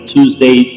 Tuesday